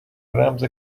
رمز